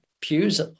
pews